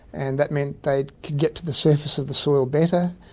and that meant they could get to the surface of the soil better,